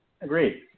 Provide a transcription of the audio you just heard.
Agreed